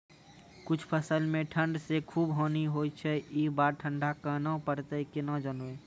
कुछ फसल मे ठंड से खूब हानि होय छैय ई बार ठंडा कहना परतै केना जानये?